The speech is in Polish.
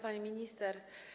Pani Minister!